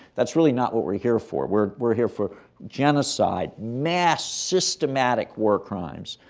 that's really not what we're here for we're we're here for genocide, mass, systematic war crimes.